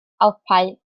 alpau